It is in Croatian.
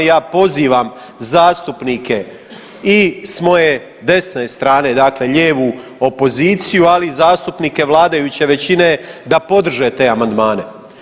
I ja pozivam zastupnike i s moje desne strane dakle lijevu opoziciju, ali i zastupnike vladajuće većine da podrže te amandmane.